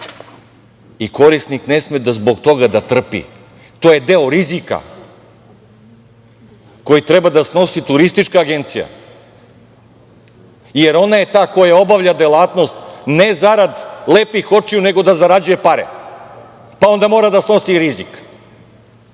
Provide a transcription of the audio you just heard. i korisnik ne sme zbog toga da trpi. To je deo rizika koji treba da snosi turistička agencija, jer ona je ta koja obavlja delatnost, na zarad lepih očiju, nego da zarađuje pare, pa onda mora da snosi i